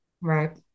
right